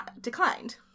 declined